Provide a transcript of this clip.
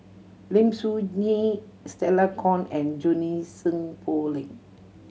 Lim Soo Ngee Stella Kon and Junie Sng Poh Leng